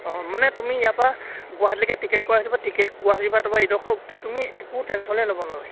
অঁ মানে তুমি ইয়াৰ পৰা গুৱাহাটীলৈকে টিকেট কৰা সেইটো বাৰু টিকেট গুৱাহাটীৰ পৰা তোমাৰ ইডোখৰ গোটেই তুমি একো টেনশ্য়নেই ল'ব নালাগে